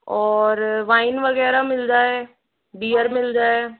और वाइन वगैरह मिल जाए बियर मिल जाए